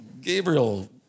Gabriel